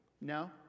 No